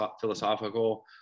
philosophical